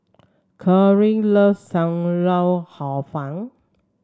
Kaaren loves Sam Lau Hor Fun